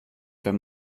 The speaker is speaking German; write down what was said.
wenn